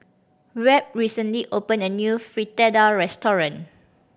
Webb recently opened a new Fritada restaurant